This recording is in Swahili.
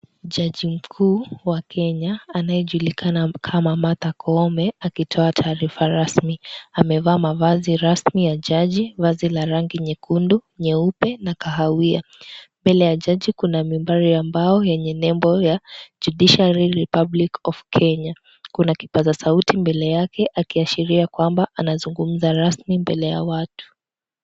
Jaji mkuu wa Kenya anayejulikana kama Martha Koome akitoa taarifa rasmi, amevaa mavazi rasmi ya jaji ,vazi la rangi nyekundu, nyeupe na kahawia. Mbele ya jaji kuna nambari ya mbao yenye nembo ya judiciary republic of Kenya, kuna kipasa sauti mbele yake akiashiria kwamba anazungumza rasmi mbele ya watu.